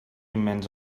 immens